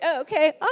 Okay